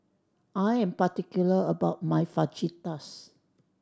I am particular about my Fajitas